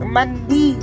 Mandi